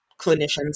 clinicians